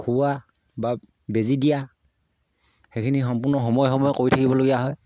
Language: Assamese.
দৰৱ খুওৱা বা বেজী দিয়া সেইখিনি সম্পূৰ্ণ সময়ে সময়ে কৰি থাকিবলগীয়া হয়